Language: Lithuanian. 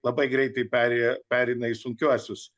labai greitai perėjo pereina į sunkiuosius